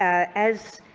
as